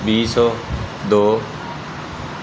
ਵੀਹ ਸੌ ਦੋ